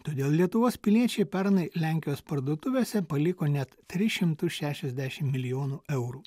todėl lietuvos piliečiai pernai lenkijos parduotuvėse paliko net tris šimtus šešiasdešimt milijonų eurų